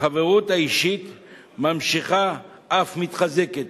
החברות האישית ממשיכה, אף מתחזקת.